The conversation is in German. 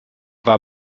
war